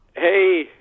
Hey